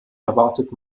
erwartet